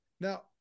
Now